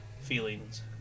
feelings